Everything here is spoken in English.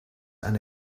and